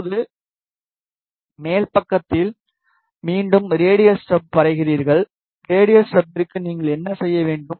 இப்போது மேல் பக்கத்தில் மீண்டும் ஒரு ரேடியல் ஸ்டப் வரைகிறீர்கள் ரேடியல் ஸ்டப்பிற்கு நீங்கள் என்ன செய்ய வேண்டும்